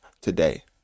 today